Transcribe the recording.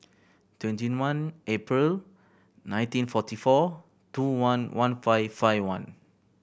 twenty one April nineteen forty four two one one five five one